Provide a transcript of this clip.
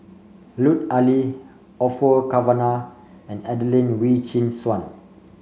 Lut Ali Orfeur Cavenagh and Adelene Wee Chin Suan